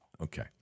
Okay